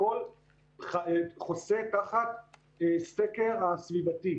הכול חוסה תחת סקר סביבתי